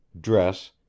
dress